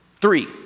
Three